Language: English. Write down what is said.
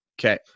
Okay